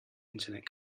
internet